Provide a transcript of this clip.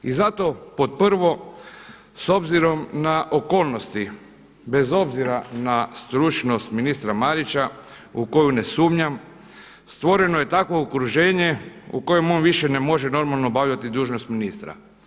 I zato pod prvo, s obzirom na okolnosti, bez obzira na stručnost ministra Marića u koju ne sumnjam, stvoreno je takvo okruženje u kojem on više ne može normalno obavljati dužnost ministra.